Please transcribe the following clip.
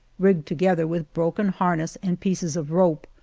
rigged together with broken harness and pieces of rope,